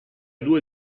due